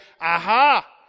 aha